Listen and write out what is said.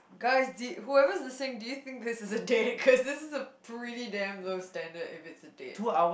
guys did whoever's listening do you think this is a date this is a pretty damn low standard if this is a date